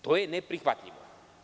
To je neprihvatljivo.